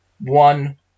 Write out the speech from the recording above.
One